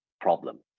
problem